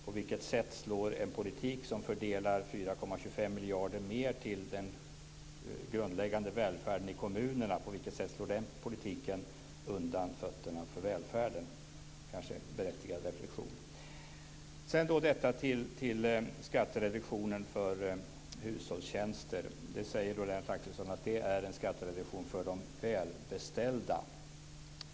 På vilket sätt slår en politik som fördelar 4,25 miljarder mer till den grundläggande välfärden i kommunerna undan fötterna för välfärden? Det är kanske en berättigad reflexion. Lennart Axelsson säger att skattereduktionen för hushållstjänster är en skattereduktion för de välbeställda.